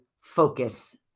focus